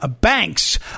Banks